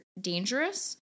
dangerous